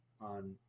on